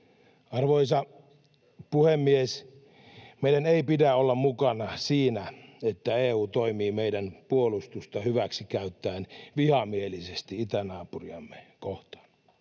Arvoisa puhemies! Meidän ei pidä olla mukana siinä, että EU toimii meidän puolustustamme hyväksi käyttäen vihamielisesti itänaapuriamme kohtaan.